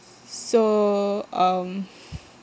so um